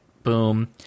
Boom